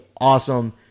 awesome